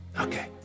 Okay